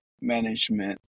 management